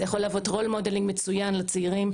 זה יכול להוות רול מודלינג מצוין לצעירים,